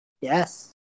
Yes